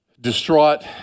distraught